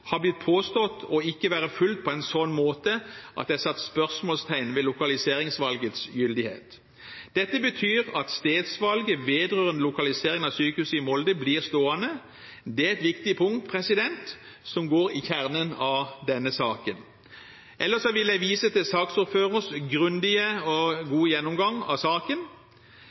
har blitt påstått ikke å være fulgt på en sånn måte at det er satt spørsmålstegn ved lokaliseringsvalgets gyldighet. Dette betyr at stedsvalget vedrørende lokalisering av sykehuset i Molde blir stående. Det er et viktig punkt, som går til kjernen av denne saken. Ellers vil jeg vise til saksordførerens grundige og